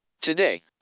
Today